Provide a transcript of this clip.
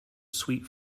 sweet